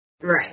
Right